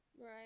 Right